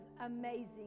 amazing